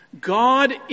God